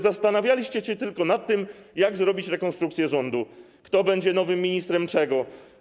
Zastanawialiście się tylko nad tym, jak zrobić rekonstrukcję rządu, kto będzie nowym ministrem czego.